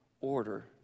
Order